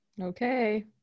Okay